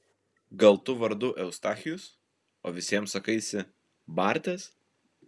gal tu vardu eustachijus o visiems sakaisi bartas